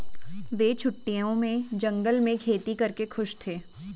वे छुट्टियों में जंगल में खेती करके खुश थे